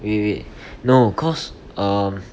wait wait wait no cause um